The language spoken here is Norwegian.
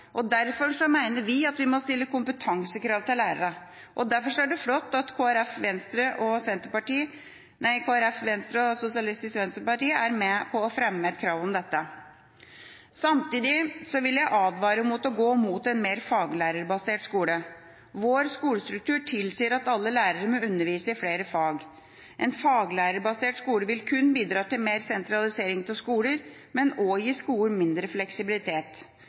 vi at vi må stille kompetansekrav til lærerne. Derfor er det flott at Kristelig Folkeparti, Venstre og Sosialistisk Venstreparti er med på å fremme krav om å innføre dette. Samtidig vil jeg advare mot å gå mot en mer faglærerbasert skole. Vår skolestruktur tilsier at alle lærere må undervise i flere fag. En faglærerbasert skole vil bidra til mer sentralisering av skoler, men også gi skolen mindre fleksibilitet.